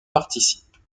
participent